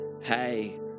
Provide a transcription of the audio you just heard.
hey